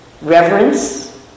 reverence